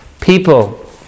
people